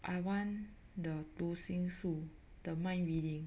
I want the 读心术 the mind reading